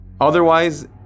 Otherwise